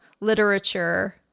literature